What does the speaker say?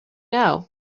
know